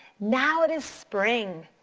now it is spring.